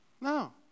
No